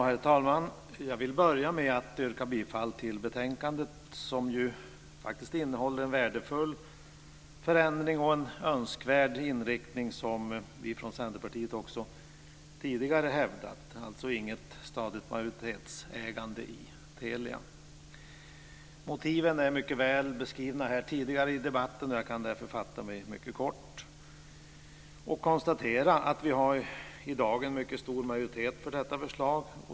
Herr talman! Jag vill börja med att yrka bifall till förslaget i betänkandet, som faktiskt innehåller en värdefull förändring och en önskvärd inriktning som vi från Centerpartiet också tidigare förespråkat, dvs. Motiven är mycket väl beskrivna tidigare i debatten, och jag kan därför fatta mig mycket kort och konstatera att vi i dag har en mycket stor majoritet för detta förslag.